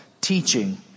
teaching